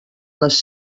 les